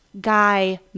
guy